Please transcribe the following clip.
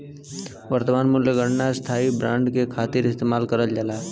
वर्तमान मूल्य गणना स्थायी बांड के खातिर इस्तेमाल करल जाला